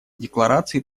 декларации